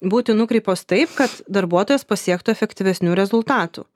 būti nukreiptos taip kad darbuotojas pasiektų efektyvesnių rezultatų